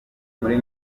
muri